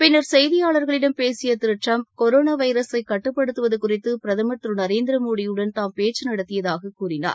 பின்னர் செய்தியாளர்களிடம் பேசிய திரு டிரம்ப் கொரோனா வைரஸை கட்டுப்படுத்துவது குறித்து பிரதமர் திரு நரேந்திர மோடியுடன் தாம் பேச்சு நடத்தியதாக கூறினார்